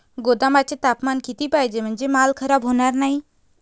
गोदामाचे तापमान किती पाहिजे? म्हणजे माल खराब होणार नाही?